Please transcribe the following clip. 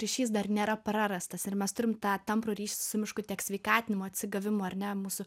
ryšys dar nėra prarastas ir mes turim tą tamprų ryšį su mišku tiek sveikatinimo atsigavimo ar ne mūsų